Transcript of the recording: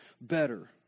better